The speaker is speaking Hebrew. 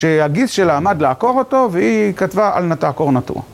שהגיס שלה עמד לעקור אותו והיא כתבה אל נא תעקור נטוע.